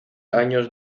años